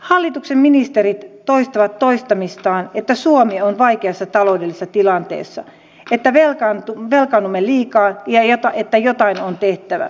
hallituksen ministerit toistavat toistamistaan että suomi on vaikeassa taloudellisessa tilanteessa että velkaannumme liikaa ja jotain on tehtävä